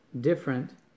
different